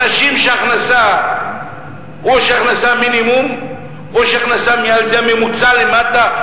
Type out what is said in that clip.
אנשים שההכנסה שלהם היא הכנסת מינימום או שההכנסה מהממוצע למטה,